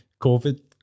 COVID